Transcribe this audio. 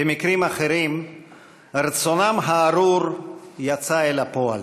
במקרים אחרים רצונם הארור יצא אל הפועל.